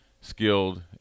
skilled